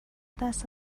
دست